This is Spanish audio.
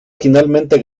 finalmente